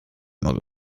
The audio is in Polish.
mogę